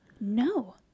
no